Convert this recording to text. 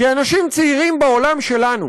כי אנשים צעירים בעולם שלנו